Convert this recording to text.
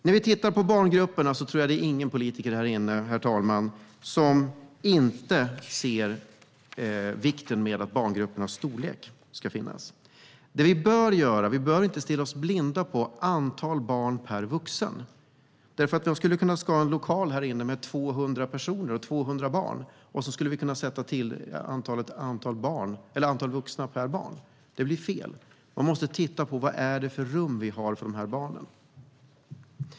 När det gäller barngrupperna är det nog ingen politiker här inne, herr talman, som inte ser vikten av barngruppernas storlek. Men vi bör inte stirra oss blinda på antalet barn per vuxen. Då skulle vi kunna ha en lokal med 200 personer och 200 barn och sätta en vuxen per barn. Det blir fel. Vi måste titta på vad det är för rum vi har för barnen.